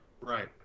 right